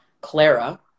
Clara